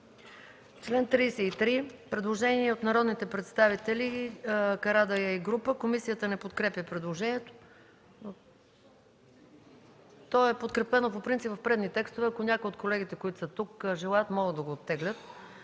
Член 33 – предложение от народния представител Мустафа Карадайъ и група народни представители. Комисията не подкрепя предложението. То е подкрепено по принцип в предни текстове. Ако някои от колегите, които са тук, желаят, могат да го оттеглят.